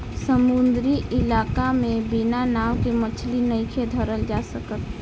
समुंद्री इलाका में बिना नाव के मछली नइखे धरल जा सकत